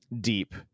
deep